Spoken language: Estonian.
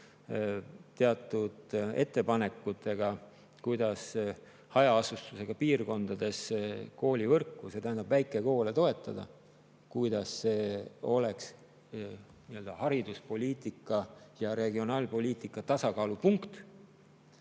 teatud ettepanekutega, kuidas hajaasustusega piirkondades koolivõrku, see tähendab väikekoole, toetada. [Tuleb leida] hariduspoliitika ja regionaalpoliitika tasakaalupunkt.